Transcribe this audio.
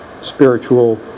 spiritual